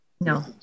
no